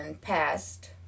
passed